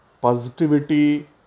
positivity